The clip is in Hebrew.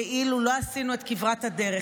כאילו לא עשינו את כברת הדרך.